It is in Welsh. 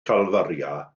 calfaria